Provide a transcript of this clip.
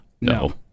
No